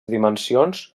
dimensions